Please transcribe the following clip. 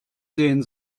sehen